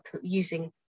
using